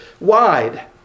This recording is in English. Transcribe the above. wide